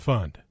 Fund